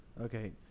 Okay